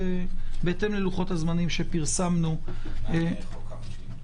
מה עם חוק העונשין?